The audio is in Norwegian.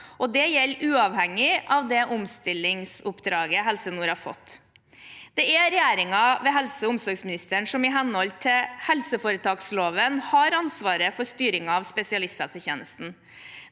det gjelder uavhengig av omstillingsoppdraget Helse nord har fått. Det er regjeringen, ved helse- og omsorgsministeren, som i henhold til helseforetaksloven har ansvaret for styringen av spesialisthelsetjenesten.